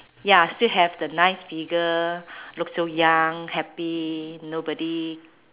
ya still have the nice figure look so young happy nobody